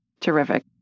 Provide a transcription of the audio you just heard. terrific